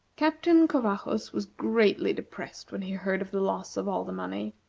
captain covajos was greatly depressed when he heard of the loss of all the money.